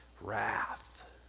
wrath